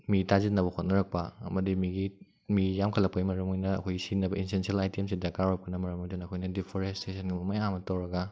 ꯃꯤ ꯇꯥꯁꯤꯟꯅꯕ ꯍꯣꯠꯅꯔꯛꯄ ꯑꯃꯗꯤ ꯃꯤꯒꯤ ꯃꯤ ꯌꯥꯝꯈꯠꯂꯛꯄꯒꯤ ꯃꯔꯝ ꯑꯣꯏꯅ ꯑꯩꯈꯣꯏꯒꯤ ꯁꯤꯖꯤꯟꯅꯕ ꯑꯦꯟꯁꯦꯟꯁꯤꯑꯦꯜ ꯑꯥꯏꯇꯦꯝꯁꯦ ꯗꯔꯀꯥꯔ ꯑꯣꯏꯔꯛꯄꯅ ꯃꯔꯝ ꯑꯣꯏꯗꯨꯅ ꯑꯩꯈꯣꯏꯅ ꯗꯤꯐꯣꯔꯦꯁꯇꯦꯁꯟꯒꯨꯝꯕ ꯃꯌꯥꯝ ꯑꯃ ꯇꯧꯔꯒ